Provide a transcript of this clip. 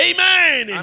Amen